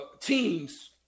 teams